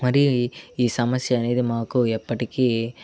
మరీ ఈ సమస్య అనేది మాకు ఎప్పటికీ